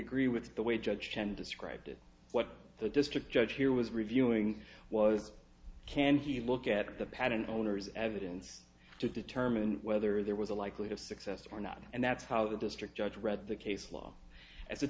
agree with the way judge chen described it what the district judge here was reviewing was can he look at the patent owner's evidence to determine whether there was a likely to success or not and that's how the district judge read the case law as it